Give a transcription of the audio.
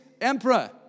emperor